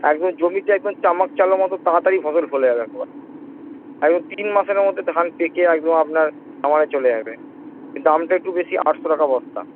একদম জমিতে একদম চাম্মাক চালোর মতো তাড়াতাড়ি ফসল ফলে যাবে একেবারে একদম তিনমাসের মধ্যে ধান পেকে একদম আপানার খামারে চলে যাবে দামটা একটু বেশি আটশো টাকা বস্তা